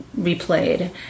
replayed